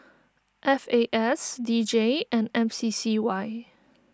F A S D J and M C C Y